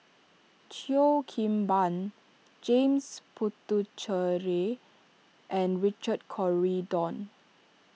Cheo Kim Ban James Puthucheary and Richard Corridon